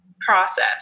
process